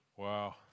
Wow